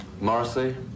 Morrissey